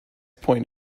point